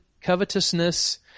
covetousness